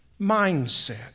mindset